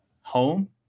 home